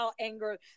anger